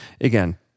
again